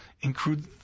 include